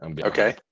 okay